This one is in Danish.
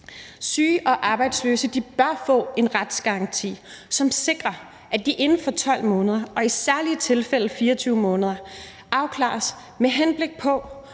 Syge og arbejdsløse bør få en retsgaranti, som sikrer, at de inden for 12 måneder og i særlige tilfælde 24 måneder afklares med henblik på